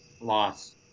Loss